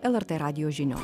lrt radijo žinios